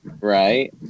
right